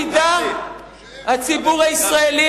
הציבור הישראלי,